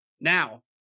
Now